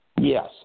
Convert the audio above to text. Yes